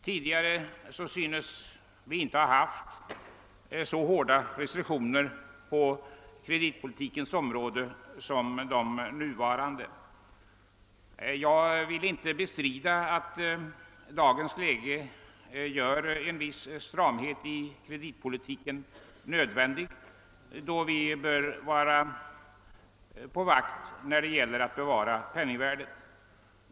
Tidigare har vi inte haft så kraftiga restriktioner på kreditpolitikens område som nu är fallet. Jag vill inte bestrida att dagens läge gör en viss stramhet i kreditpolitiken nödvändig, eftersom vi bör vara på vår vakt när det gäller att bevara penningvärdet.